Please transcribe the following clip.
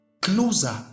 closer